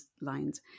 lines